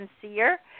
sincere